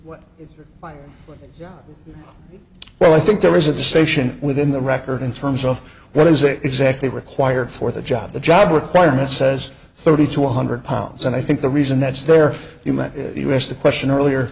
were well i think there is at the station within the record in terms of what is it exactly required for the job the job requirement says thirty to one hundred pounds and i think the reason that's there you met us the question earlier